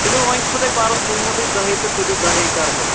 تُلِو وۄنۍ چھُو تۄہہِ پَرُس کُنمُتُے دَہٕے تُلِو دَہٕے کَرہوس